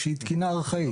שהיא תקינה ארכאית.